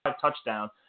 touchdown